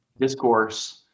discourse